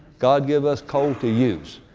god give us coal to use.